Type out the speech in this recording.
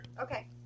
Okay